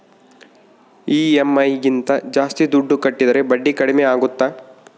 EMI ಗಿಂತ ಜಾಸ್ತಿ ದುಡ್ಡು ಕಟ್ಟಿದರೆ ಬಡ್ಡಿ ಕಡಿಮೆ ಆಗುತ್ತಾ?